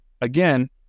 again